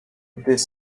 this